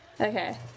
Okay